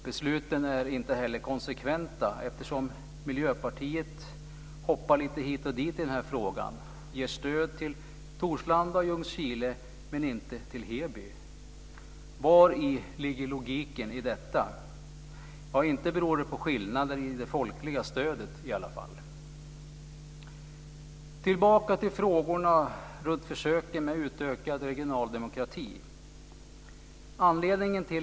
Besluten är inte heller konsekventa eftersom Miljöpartiet hoppar lite hit och dit i den här frågan. Man ger stöd till Torslanda och Ljungskile men inte till Heby. Vari ligger logiken i detta? Inte beror det på skillnader i det folkliga stödet i alla fall. Låt mig gå tillbaka till frågorna runt försöken med utökad regional demokrati.